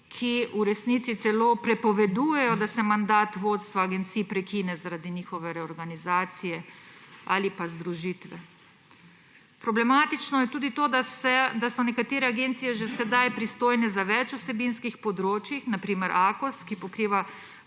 ki v resnici celo prepovedujejo, da se mandat vodstva agencij prekine zaradi njihove reorganizacije ali pa združitve. Problematično je tudi to, da so nekatere agencije že sedaj pristojne za več vsebinskih področij, na primer Akos, ki pokriva